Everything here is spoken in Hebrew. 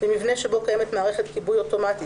במבנה שבו קיימת מערכת כיבוי אוטומטי